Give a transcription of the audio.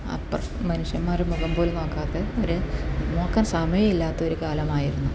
അപ്പം മനുഷ്യന്മാർ മുഖം പോലും നോക്കാതെ ഒരു നോക്കാൻ സമയമില്ലാത്ത ഒരു കാലമായിരുന്നു